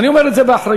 אני אומר את זה באחריות.